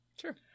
Sure